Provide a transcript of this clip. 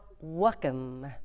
welcome